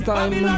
Time